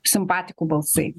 simpatikų balsai